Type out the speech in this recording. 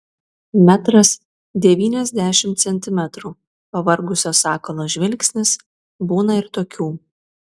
metras devyniasdešimt centimetrų pavargusio sakalo žvilgsnis būna ir tokių